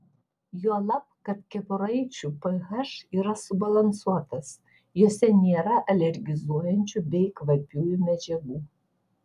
juolab kad kepuraičių ph yra subalansuotas jose nėra alergizuojančių bei kvapiųjų medžiagų